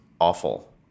awful